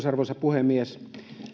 arvoisa puhemies